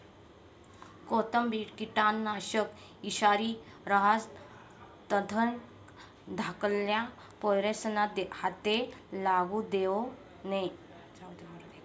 कोणतंबी किटकनाशक ईषारी रहास तधय धाकल्ला पोरेस्ना हाते लागू देवो नै